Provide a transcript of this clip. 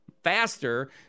faster